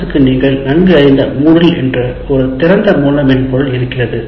எஸ்ஸுக்கு நீங்கள் நன்கு அறிந்த MOODLE என்ற ஒரு திறந்த மூல மென்பொருள் இருக்கிறது